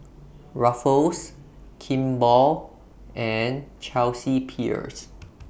Ruffles Kimball and Chelsea Peers